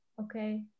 okay